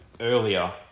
Earlier